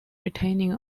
retaining